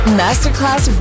masterclass